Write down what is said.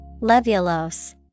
Levulose